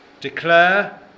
declare